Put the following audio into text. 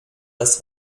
das